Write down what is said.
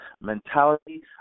mentality